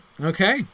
okay